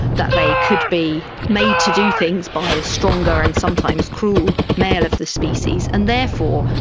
that they could be made to do things by a stronger and sometimes cruel male of the species, and therefore,